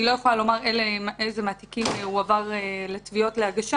אני לא יכולה לומר איזה מהתיקים הועבר לתביעות להגשה